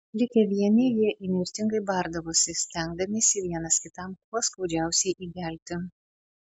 likę vieni jie įnirtingai bardavosi stengdamiesi vienas kitam kuo skaudžiausiai įgelti